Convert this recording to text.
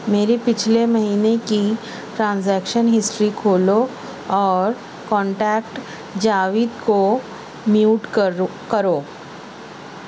میری پچھلے مہینے کی ٹرانزیکشن ہسٹری کھولو اور کانٹیکٹ جاوید کو میوٹ کرو کرو